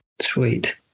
sweet